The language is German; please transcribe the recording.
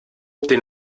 den